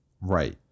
Right